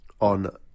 on